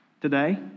Today